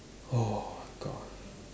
oh my god